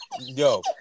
Yo